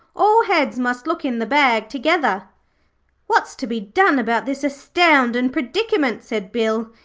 all heads must look in the bag together what's to be done about this astoundin predicament said bill.